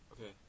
Okay